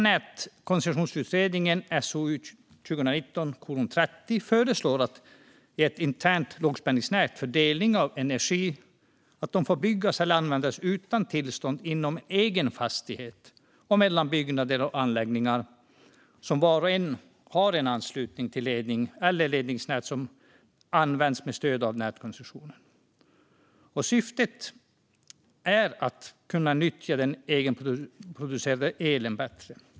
Nätkoncessionsutredningen föreslår att ett internt lågspänningsnät för delning av energi får byggas eller användas utan tillstånd inom egen fastighet och mellan byggnader och anläggningar som var och en har en anslutning till en ledning eller ett ledningsnät som används med stöd av en nätkoncession. Syftet är att kunna nyttja den egenproducerade elen bättre.